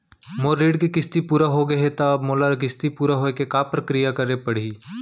मोर ऋण के किस्ती पूरा होगे हे ता अब मोला किस्ती पूरा होए के का प्रक्रिया करे पड़ही?